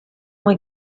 muy